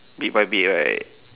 bit by bit right